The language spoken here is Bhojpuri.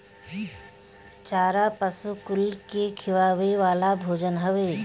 चारा पशु कुल के खियावे वाला भोजन हवे